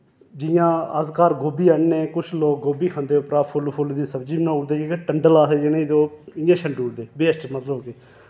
जि'यां अस घर गोब्बी आह्नने कुछ लोक गोब्बी खंदे उप्परा फुल्ल फुल्ल दी सब्जी बनाऊड़दे जेह्के टंडल आखदे जि'नें ते ओह् इ'यां शंडूड़दे बेस्ट मतलब कि